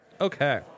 Okay